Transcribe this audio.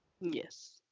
yes